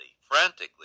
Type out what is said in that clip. frantically